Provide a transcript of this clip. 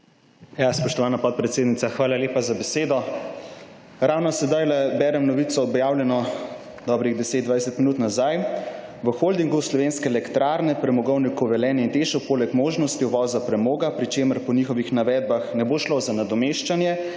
Spoštovana podpredsednica, hvala lepa za besedo. Ravno zdajle berem novico, objavljeno dobrih deset, dvajset minut nazaj: »V Holdingu Slovenske elektrarne, Premogovniku Velenje in Tešu poleg možnosti uvoza premoga, pri čemer po njihovih navedbah ne bo šlo za nadomeščanje